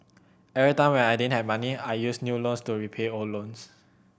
every time when I didn't have money I used new loans to repay old loans